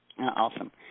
Awesome